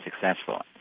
successful